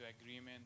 agreement